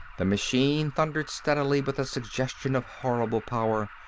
the machine thundered steadily with a suggestion of horrible power.